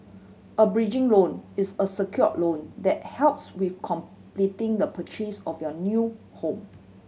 a bridging loan is a secured loan that helps with completing the purchase of your new home